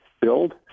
build